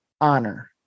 honor